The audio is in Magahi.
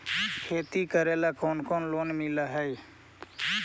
खेती करेला कौन कौन लोन मिल हइ?